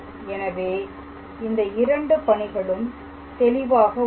எனவே இந்த இரண்டு பணிகளும் தெளிவாக உள்ளன